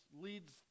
leads